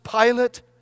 Pilate